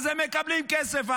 אז הם מקבלים כסף,